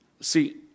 See